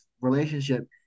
relationship